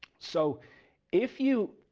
so if you